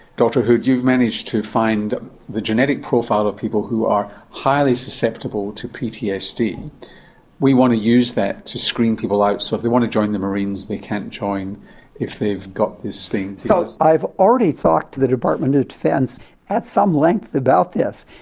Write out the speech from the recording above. dr hood, you've managed to find the genetic profile of people who are highly susceptible to ptsd. ah we want to use that to screen people out. so, if they want to join the marines, they can't join if they've got this thing. so, i've already talked to the department of defense at some length about this,